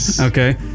Okay